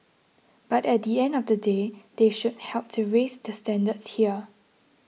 but at the end of the day they should help to raise the standards here